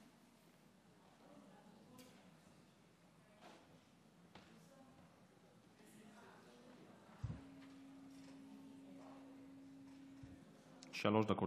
שלוש דקות